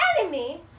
enemy